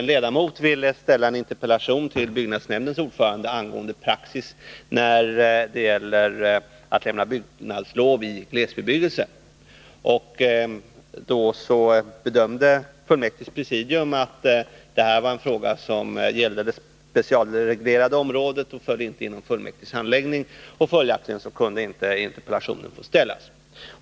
En ledamot ville ställa en interpellation till byggnadsnämndens ordförande angående praxis för beviljande av byggnadslov i glesbebyggelse. Då bedömde fullmäktiges presidium att denna fråga gällde det specialreglerade området och därmed inte föll under fullmäktiges handläggning. Följaktligen kunde interpellationen inte få ställas.